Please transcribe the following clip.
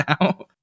now